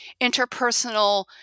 interpersonal